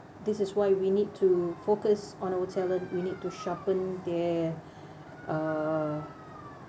this is why we need to focus on our talent we need to sharpen their uh